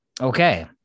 Okay